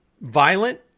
violent